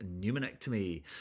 pneumonectomy